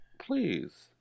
please